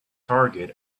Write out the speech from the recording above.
target